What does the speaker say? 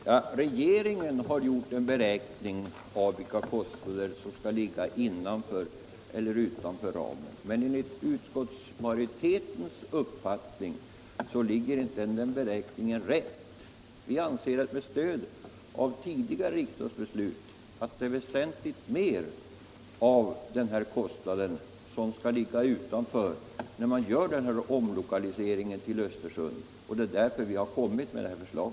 Herr talman! Ja, regeringen har gjort en beräkning av vilka kostnader som skall ligga innanför resp. utanför ramen, men enligt utskottsmajoritetens uppfattning är inte den beräkningen riktigt gjord. Vi anser med stöd av tidigare riksdagsbeslut att väsentligt mer av kostnaden för omlokaliseringen till Östersund skall ligga utanför den militära kostnadsramen, och det är därför vi har lagt fram vårt förslag.